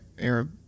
Arab